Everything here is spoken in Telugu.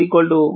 5 e 2